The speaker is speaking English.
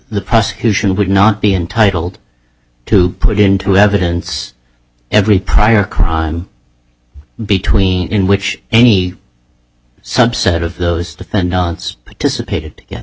the prosecution would not be entitled to put into evidence every prior crime between in which any subset of those defendants participated